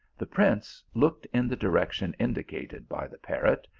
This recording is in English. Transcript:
the prince looked in the direction indicated by the parrot,